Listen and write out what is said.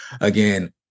again